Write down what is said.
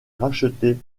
rachetée